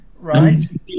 Right